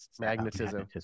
Magnetism